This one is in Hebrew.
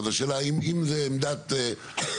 אז השאלה אם זה עמדות שלכם,